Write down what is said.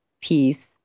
peace